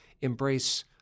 embrace